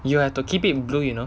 you have to keep it blue you know